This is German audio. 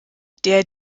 der